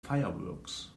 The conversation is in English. fireworks